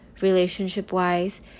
relationship-wise